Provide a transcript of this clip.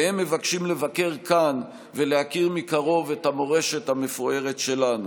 והם מבקשים לבקר כאן ולהכיר מקרוב את המורשת המפוארת שלנו.